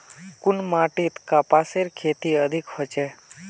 कुन माटित कपासेर खेती अधिक होचे?